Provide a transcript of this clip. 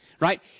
Right